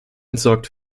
entsorgt